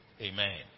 Amen